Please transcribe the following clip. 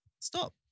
Stop